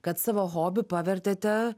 kad savo hobį pavertėte